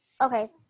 Okay